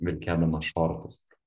vilkėdamas šortus